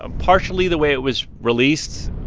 um partially the way it was released,